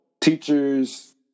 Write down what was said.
teachers